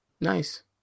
Nice